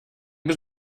was